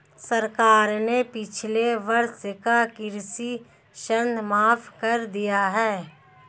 सरकार ने पिछले वर्ष का कृषि ऋण माफ़ कर दिया है